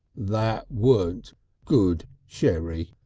that weren't good sherry,